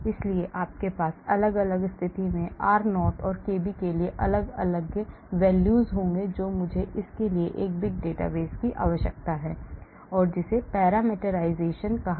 इसलिए आपके पास अलग अलग स्थिति के लिए r0 और kb के लिए अलग अलग मूल्य होंगेतो मुझे उस के एक big database की आवश्यकता है और जिसे parameterization कहा जाता है